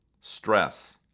Stress